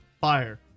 fire